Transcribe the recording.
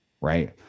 Right